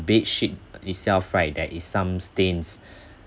bedsheet itself right there is some stains